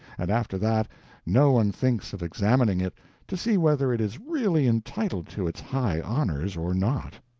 and after that no one thinks of examining it to see whether it is really entitled to its high honors or not.